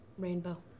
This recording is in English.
rainbow